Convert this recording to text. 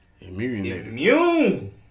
immune